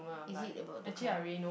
is it about the car